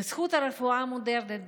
בזכות הרפואה המודרנית,